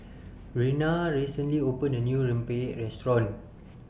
Reyna recently opened A New Rempeyek Restaurant